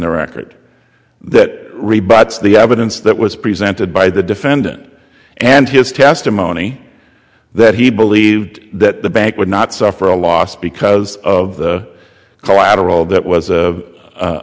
the record that rebuts the evidence that was presented by the defendant and his testimony that he believed that the bank would not suffer a loss because of the collateral that was